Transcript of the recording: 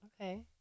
Okay